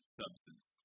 substance